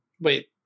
Wait